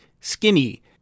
Skinny